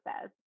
says